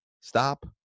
stop